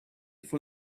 for